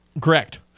Correct